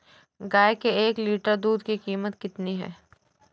गाय के एक लीटर दूध की कीमत कितनी है?